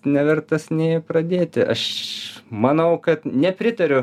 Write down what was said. nevertas nė pradėti aš manau kad nepritariu